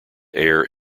air